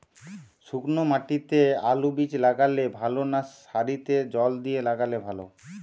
শুক্নো মাটিতে আলুবীজ লাগালে ভালো না সারিতে জল দিয়ে লাগালে ভালো?